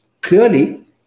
Clearly